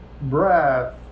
breath